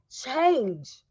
change